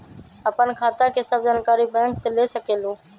आपन खाता के सब जानकारी बैंक से ले सकेलु?